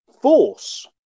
force